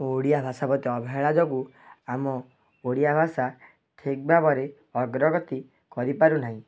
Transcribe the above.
ଓଡ଼ିଆ ଭାଷା ପ୍ରତି ଅବହେଳା ଯୋଗୁଁ ଆମ ଓଡ଼ିଆ ଭାଷା ଠିକ୍ ଭାବରେ ଅଗ୍ରଗତି କରିପାରୁନାହିଁ